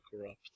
Corrupt